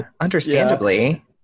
understandably